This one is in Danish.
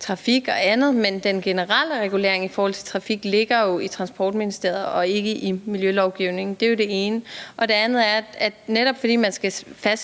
trafik og andet, men den generelle regulering i forhold til trafik ligger jo i Transportministeriet og ikke i miljølovgivningen – det er det ene. Det andet er, at netop fordi man skal fastsætte